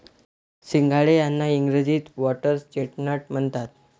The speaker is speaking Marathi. सिंघाडे यांना इंग्रजीत व्होटर्स चेस्टनट म्हणतात